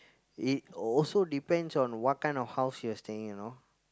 it also depends on what kind of house you're staying you know